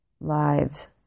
lives